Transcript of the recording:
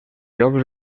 llocs